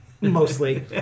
mostly